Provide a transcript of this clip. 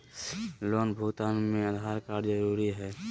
Loan भुगतान में Aadhaar card जरूरी है?